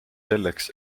selleks